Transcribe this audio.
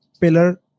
pillar